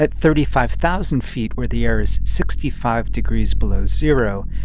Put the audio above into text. but thirty five thousand feet, where the air is sixty five degrees below zero,